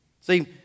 See